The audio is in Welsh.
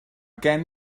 gen